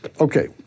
Okay